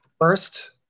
first